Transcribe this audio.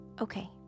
Okay